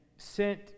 sent